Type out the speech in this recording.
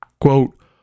quote